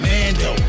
Mando